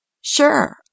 Sure